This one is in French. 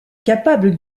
capable